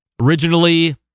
Originally